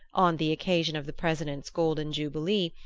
on the occasion of the president's golden jubilee,